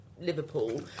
Liverpool